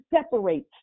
separates